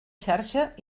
xarxa